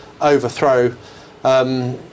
overthrow